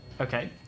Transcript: Okay